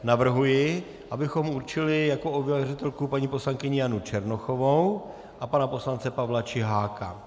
Navrhuji, abychom určili jako ověřovatelku paní poslankyni Janu Černochovou a pana poslance Pavla Čiháka.